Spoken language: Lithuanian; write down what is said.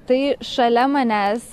tai šalia manęs